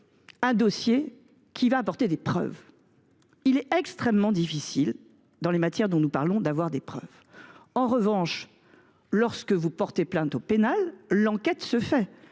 d’un dossier qui apportera des preuves. Or il est extrêmement difficile, dans les matières dont nous parlons, d’obtenir des preuves. En revanche, en cas de plainte au pénal, l’enquête se fait